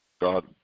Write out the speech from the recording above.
God